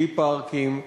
בלי פארקים,